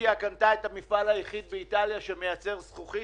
טורקיה קנתה את המפעל היחיד באיטליה שמייצר זכוכית,